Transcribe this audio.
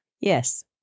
Yes